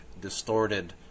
distorted